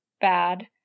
bad